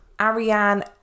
Ariane